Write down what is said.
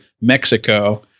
Mexico